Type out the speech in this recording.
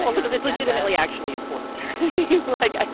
and does it legitimately actually important like,